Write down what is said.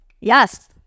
Yes